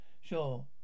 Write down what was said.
Sure